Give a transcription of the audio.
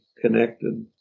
connected